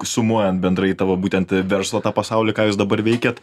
sumuojant bendrai tavo būtent verslo pasaulį ką jūs dabar veikiat